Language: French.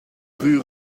rue